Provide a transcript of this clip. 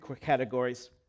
categories